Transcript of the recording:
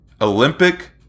Olympic